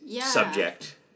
subject